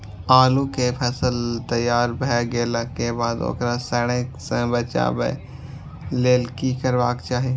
आलू केय फसल तैयार भ गेला के बाद ओकरा सड़य सं बचावय लेल की करबाक चाहि?